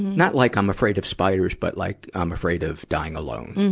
not like, i'm afraid of spiders, but like, i'm afraid of dying alone,